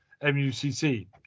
M-U-C-C